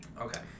Okay